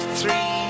three